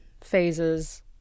phases